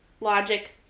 logic